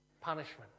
punishment